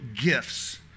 gifts